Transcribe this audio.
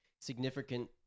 significant